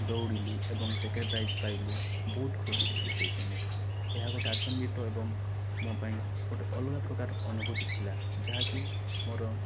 ଦଉଡିଲି ଏବଂ second prize ପାଇଲି ବହୁତ ଖୁସି ଥିଲି ସେଇ ସମୟରେ ଏହା ଗୋଟିଏ ଆଚମ୍ବିତ ଏବଂ ମୋ' ପାଇଁ ଗୋଟିଏ ଅଲଗା ପ୍ରକାରର ଅନୁଭୂତି ଥିଲା ଯାହାକି ମୋ'ର